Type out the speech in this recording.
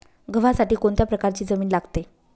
गव्हासाठी कोणत्या प्रकारची जमीन लागते?